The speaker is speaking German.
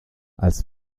als